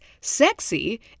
sexy